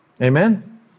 Amen